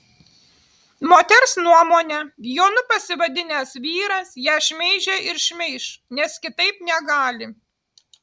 moters nuomone jonu pasivadinęs vyras ją šmeižė ir šmeiš nes kitaip negali